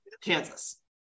Kansas